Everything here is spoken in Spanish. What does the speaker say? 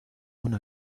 una